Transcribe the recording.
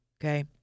Okay